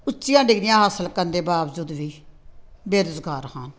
ਉੱਚੀਆਂ ਡਿਗਰੀਆਂ ਹਾਸਲ ਕਰਨ ਦੇ ਬਾਵਜੂਦ ਵੀ ਬੇਰੁਜ਼ਗਾਰ ਹਨ